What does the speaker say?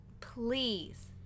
please